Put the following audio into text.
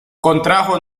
contrajo